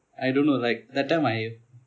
I don't know like that time I